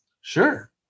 Sure